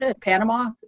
panama